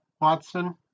Watson